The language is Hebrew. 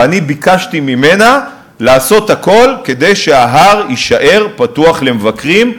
וביקשתי ממנה לעשות הכול כדי שההר יישאר פתוח למבקרים,